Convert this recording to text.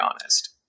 honest